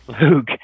Luke